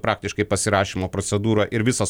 praktiškai pasirašymo procedūra ir visas